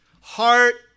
heart